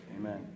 amen